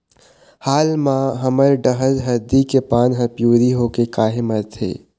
हाल मा हमर डहर हरदी के पान हर पिवरी होके काहे मरथे?